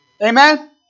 Amen